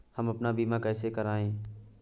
हम अपना बीमा कैसे कराए?